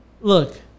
look